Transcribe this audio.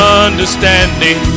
understanding